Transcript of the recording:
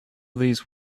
these